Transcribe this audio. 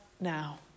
now